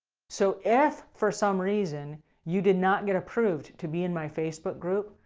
so if for some reason you did not get approved to be in my facebook group,